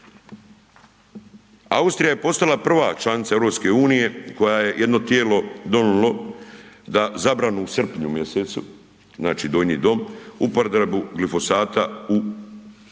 Austrija je postala prva članica EU-e koja je jedno tijelo donijelo da zabranu u srpnju mjesecu, znači Donji dom, upotrebu glifosata u